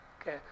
okay